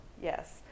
Yes